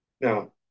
Now